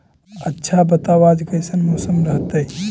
आच्छा बताब आज कैसन मौसम रहतैय?